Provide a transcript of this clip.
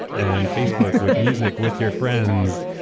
and facebook with music with your friends,